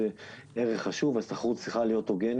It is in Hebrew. שלום.